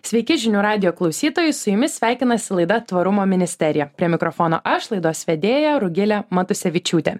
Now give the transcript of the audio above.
sveiki žinių radijo klausytojai su jumis sveikinasi laida tvarumo ministerija prie mikrofono aš laidos vedėja rugilė matusevičiūtė